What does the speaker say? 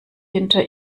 hinter